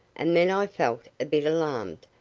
and then i felt a bit alarmed,